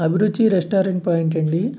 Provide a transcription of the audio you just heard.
అభిరుచి restaurant point అండి